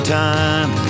time